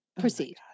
proceed